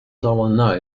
dollar